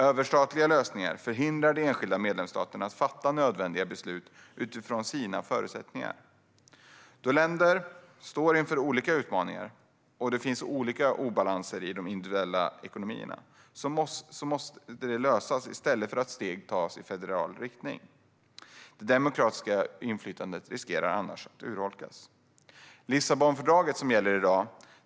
Överstatliga lösningar hindrar de enskilda medlemsstaterna från att fatta nödvändiga beslut utifrån sina egna förutsättningar. Länderna står inför olika utmaningar, och det finns obalanser i de individuella ekonomierna som måste lösas i stället för att man ska ta steg i federal riktning. Det demokratiska inflytandet riskerar annars att urholkas. Lissabonfördraget gäller i dag.